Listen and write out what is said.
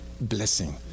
blessing